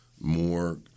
more